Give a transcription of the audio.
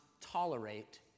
tolerate